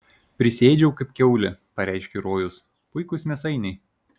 prisiėdžiau kaip kiaulė pareiškė rojus puikūs mėsainiai